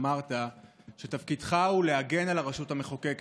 אמרת שתפקידך הוא להגן על הרשות המחוקקת,